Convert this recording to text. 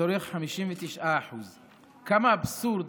שצורך 59%. כמה אבסורד